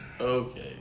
Okay